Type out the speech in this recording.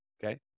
Okay